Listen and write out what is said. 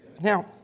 Now